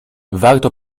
warto